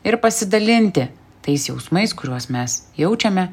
ir pasidalinti tais jausmais kuriuos mes jaučiame